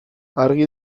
argi